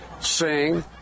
sing